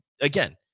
again